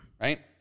right